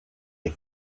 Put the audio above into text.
que